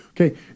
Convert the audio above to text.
Okay